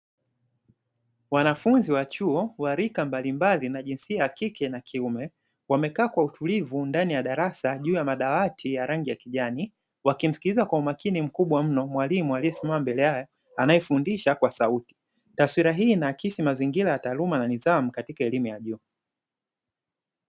Wanafunzi wa chuo rika mbalimbali na jinsia ya kike na kiume wamekaa kwa utulivu ndani ya darasa juu ya madawati ya rangi ya kijani wakimsikiliza kwa umakini mkubwa mno, mwalimu aliyesimama mbele yake anayefundisha kwa sauti. Taswira hii na akisi mazingira ya taaluma na nidhamu katika elimu ya juu